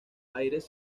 aires